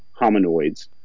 hominoids